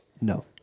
No